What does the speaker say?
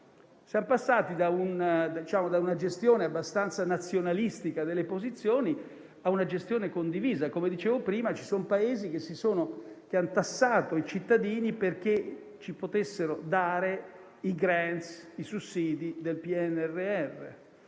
siamo passati da una gestione abbastanza nazionalistica delle posizioni a una condivisa. Come dicevo prima, ci sono Paesi che hanno tassato i cittadini, perché ci potessero dare i *grant* e i sussidi del PNRR.